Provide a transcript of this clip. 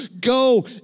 go